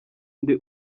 nde